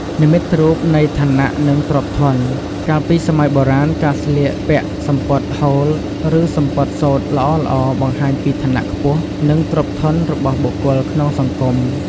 និមិត្តរូបនៃឋានៈ និងទ្រព្យធន កាលពីសម័យបុរាណ ការស្លៀកពាក់សំពត់ហូល ឬសំពត់សូត្រល្អៗបង្ហាញពីឋានៈខ្ពស់ និងទ្រព្យធនរបស់បុគ្គលក្នុងសង្គម។